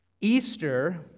Easter